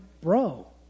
bro